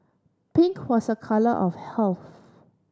pink was a colour of health